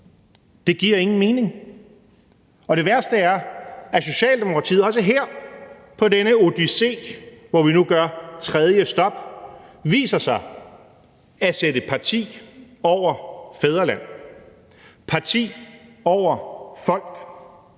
Det giver ingen mening. Kl. 17:11 Det værste er, Socialdemokratiet også her på denne odyssé, hvor vi nu gør tredje stop, viser sig at sætte parti over fædreland, parti over folk.